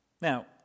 Now